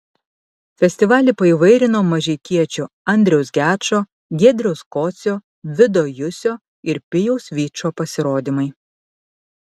festivalį paįvairino mažeikiečių andriaus gečo giedriaus kocio vido jusio ir pijaus vyčo pasirodymai